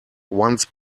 once